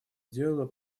делу